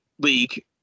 league